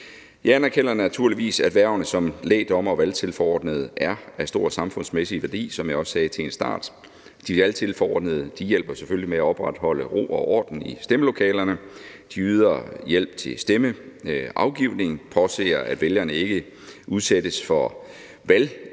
Jeg anerkender naturligvis, at hvervene som lægdommer og valgtilforordnet er af stor samfundsmæssig værdi, hvad jeg også sagde til en start. De valgtilforordnede hjælper selvfølgelig med at opretholde ro og orden i stemmelokalerne, de yder hjælp til stemmeafgivning, påser, at vælgerne ikke udsættes for valgmanipulation